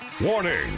Warning